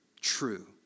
true